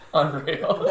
unreal